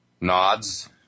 nods